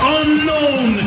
unknown